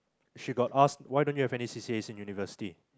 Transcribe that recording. she got asked why don't you have any C_C_A in university